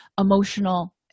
emotional